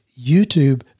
YouTube